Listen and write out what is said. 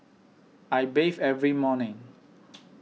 I bathe every morning